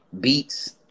Beats